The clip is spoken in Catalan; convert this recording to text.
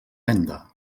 venda